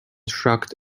shrugged